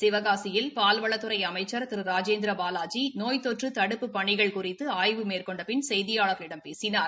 சிவகாசியில் பால்வளத்துறை அமைச்சர் திரு ராஜேந்திரபாலாஜி நோய் தொற்று தடுப்புப் பணிகள் குறித்து ஆய்வு மேற்கொண்ட பின் செய்தியாளர்களிடம் பேசினார்